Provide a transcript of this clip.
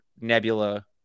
Nebula